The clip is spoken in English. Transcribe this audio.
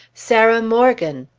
sarah morgan!